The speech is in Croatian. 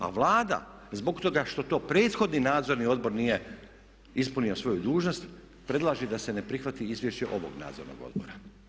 A Vlada zbog toga što to prethodni nadzorni odbor nije ispunio svoju dužnost predlaže da se ne prihvati izvješće ovog nadzornog odbora.